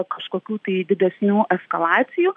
kažkokių tai didesnių eskalacijų